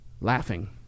Laughing